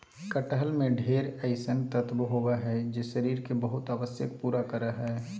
कटहल में ढेर अइसन तत्व होबा हइ जे शरीर के बहुत आवश्यकता पूरा करा हइ